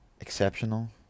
exceptional